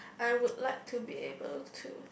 I would like to be able to